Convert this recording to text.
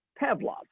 Pavlov